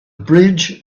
bridge